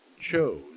chose